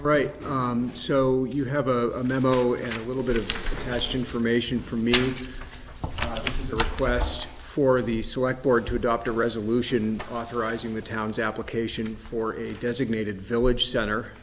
right so you have a memo and a little bit of cash information for me quest for the select board to adopt a resolution authorizing the town's application for a designated village center